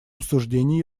обсуждении